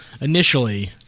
initially